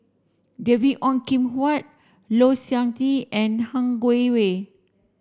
David Ong Kim Huat Low Siew Nghee and Han Guangwei